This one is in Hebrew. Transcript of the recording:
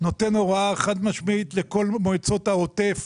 נותן הוראה חד-משמעית לכל מועצות העוטף,